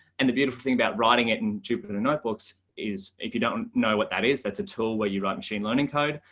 and the beautiful thing about writing it in jupyter notebooks is, if you don't know what that is, that's a tool where you write machine learning code,